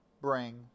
bring